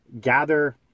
gather